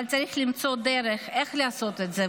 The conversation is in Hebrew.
אבל צריך למצוא דרך לעשות את זה,